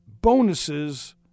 bonuses